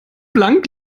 blank